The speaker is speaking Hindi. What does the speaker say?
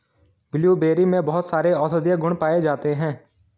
ब्लूबेरी में बहुत सारे औषधीय गुण पाये जाते हैं